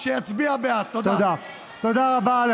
תודה רבה.